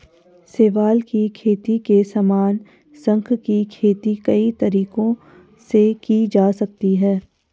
शैवाल की खेती के समान, शंख की खेती कई तरीकों से की जा सकती है